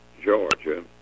Georgia